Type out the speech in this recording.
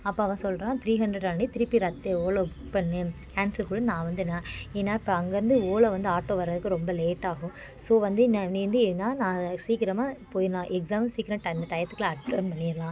அப்போ அவள் சொல்கிறா த்ரீ ஹண்ட்ரட் பண்ணி திருப்பி ரத்து ஓலோ புக் பண்ணு கேன்சல் கொடு நான் வந்து நான் ஏன்னா இப்போ அங்கேருந்து ஓலோ வந்து ஆட்டோ வரதுக்கு ரொம்ப லேட்டாகும் ஸோ வந்து நான் நீ வந்து ஏன்னா நான் சீக்கிரமாக போய்ட்லாம் எக்ஸாமும் சீக்கிரம் ட அந்த டையதுக்குள்ள அட்டன் பண்ணிடலாம்